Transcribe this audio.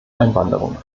einwanderung